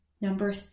number